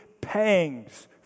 pangs